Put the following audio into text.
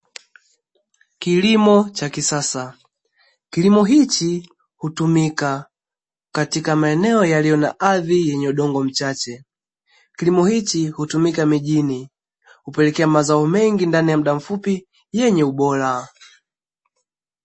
Kilimo cha kisasa, kilimo hichi hutumika katika maeneo yaliyo na ardhi yenye udongo mchache. Kilimo hichi hutumika mijini kupelekea mazao mengi ndani ya muda mfupi yenye ubora.